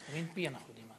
ויטמין P אנחנו יודעים.